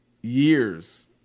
years